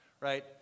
Right